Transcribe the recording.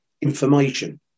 information